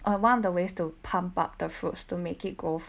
one of the ways to pump up the fruits to make it go